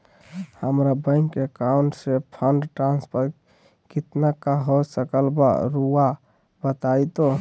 हमरा bank account से fund transfer कितना का हो सकल बा रुआ बताई तो?